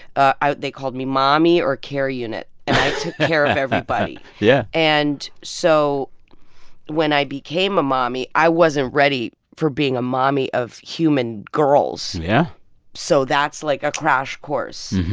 they called me mommy or care unit and i took care of everybody yeah and so when i became a mommy, i wasn't ready for being a mommy of human girls yeah so that's like a crash course.